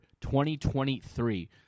2023